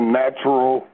natural